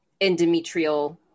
endometrial